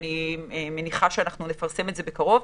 ואני מניחה שנפרסם את זה בקרוב.